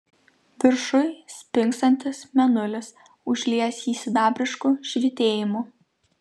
viršuj spingsantis mėnulis užliejęs jį sidabrišku švytėjimu